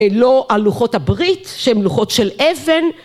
לא הלוחות הברית שהן לוחות של אבן